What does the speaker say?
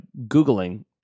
Googling